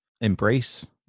Embrace